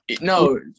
No